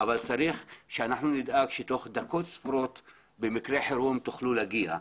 אבל צריך שיהיה מצב שבכל מקרה חירום תוכלו להגיע.